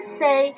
say